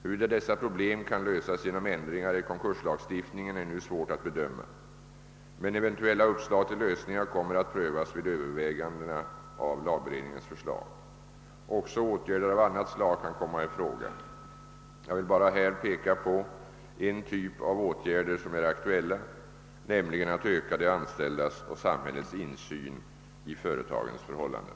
Huruvida dessa problem kan lösas genom ändringar i konkurslagstiftningen är nu svårt att bedöma, men eventuella uppslag till lösningar kommer att prövas vid övervägandena av lagberedningens förslag. Även åtgärder av annat slag kan kom ma i fråga. Jag vill här bara peka på en typ av åtgärder som är aktuella, nämligen att öka de anställdas och samhällets insyn i företagens förhållanden.